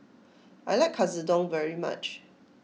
I like Katsudon very much